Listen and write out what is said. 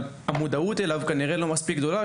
המודעות אליו היא לא מספיק גדולה,